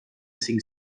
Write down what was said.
cinc